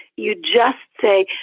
you just say,